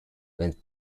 went